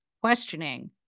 questioning